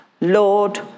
Lord